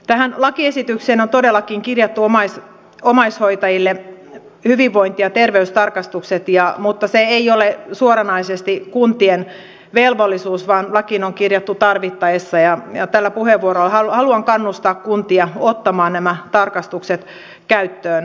tähän lakiesitykseen on todellakin kirjattu omaishoitajille hyvinvointi ja terveystarkastukset mutta se ei ole suoranaisesti kuntien velvollisuus vaan lakiin on kirjattu tarvittaessa ja tällä puheenvuorolla haluan kannustaa kuntia ottamaan nämä tarkastukset käyttöön